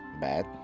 bad